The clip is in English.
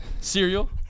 Cereal